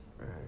right